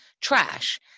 trash